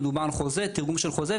מדובר בתרגום של חוזה,